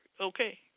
okay